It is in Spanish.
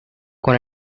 con